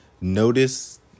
notice